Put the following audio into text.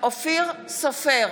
אופיר סופר,